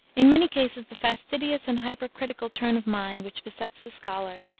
in many cases the fastidious and hypercritical turn of mind which besets the scholar,